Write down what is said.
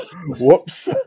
Whoops